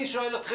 אני שואל,